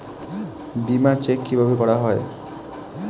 বিমা চেক কিভাবে করা হয়?